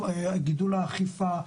גידול אכיפה,